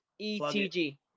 ETG